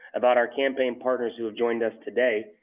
about our campaign partners who have joined us today,